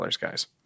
guys